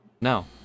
no